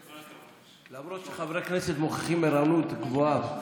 למרות שחברי הכנסת מוכיחים ערנות גבוהה.